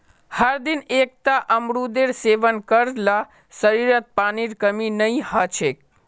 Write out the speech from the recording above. हरदिन एकता अमरूदेर सेवन कर ल शरीरत पानीर कमी नई ह छेक